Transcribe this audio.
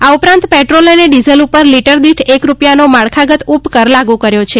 આ ઉપરાંત પેટ્રોલ અને ડીઝલ પર લીટર દીઠ એક રૂપિયાનો માળખાંગત ઉપકર લાગુ કર્યો છે